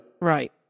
Right